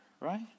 right